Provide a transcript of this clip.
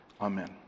Amen